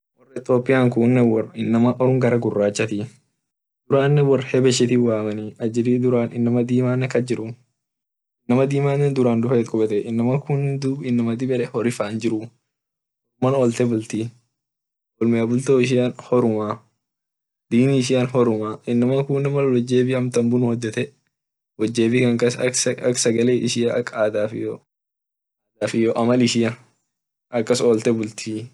Wor ethiopian inama orm gara gurachatii durane wor habeshi wamenii ajili inama dima kasjiru inama dimane duran dufe it kubetee inama kunne dub inama dib ede hori fan jiruu olmea bulto ishian horii dini ishia horumaa inakunne mal bultoan wotjebu wotjebi kan kas ak ada ishia olte bult.